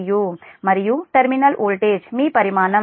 u మరియు terminal voltage మీ పరిమాణం 1